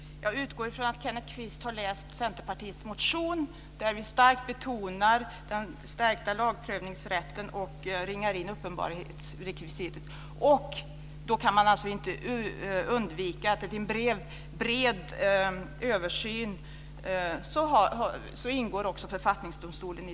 Herr talman! Jag utgår från att Kenneth Kvist har läst Centerpartiets motion, där vi starkt betonar den stärkta lagprövningsrätten och ringar in uppenbarhetsrekvisitet. Då kan man alltså inte undvika att i en bred översyn ingår också författningsdomstolen.